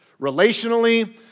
relationally